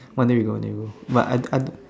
what name you got on that roll but I I don't